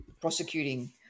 prosecuting